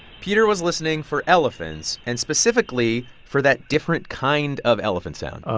peter was listening for elephants, and specifically for that different kind of elephant sound